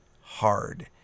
hard